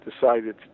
decided